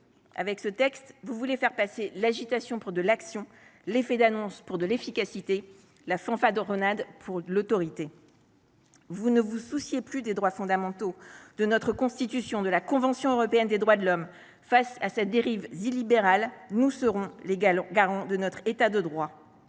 Avec ce texte, vous voulez faire passer l’agitation pour de l’action, l’effet d’annonce pour de l’efficacité, la fanfaronnade pour de l’autorité. Vous ne vous souciez plus des droits fondamentaux, de notre Constitution, de la Convention européenne des droits de l’homme. Face à ces dérives illibérales, nous serons les garants de notre État de droit.